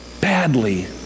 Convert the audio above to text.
badly